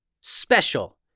Special